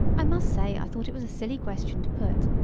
i must say i thought it was a silly question to put.